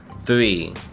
Three